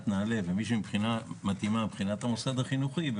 נעל"ה או מי שמתאימה מבחינת המוסד החינוכי,